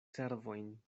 servojn